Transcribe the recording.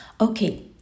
Okay